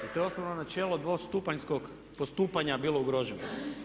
To je osnovno načelo dvostupanjskog postupanja bilo ugroženo.